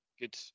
good